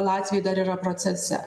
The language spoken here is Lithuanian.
latviai dar yra procese